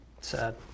Sad